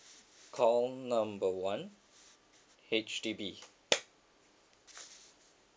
call number one H_D_B